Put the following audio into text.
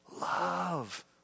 Love